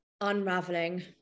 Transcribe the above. unraveling